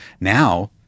now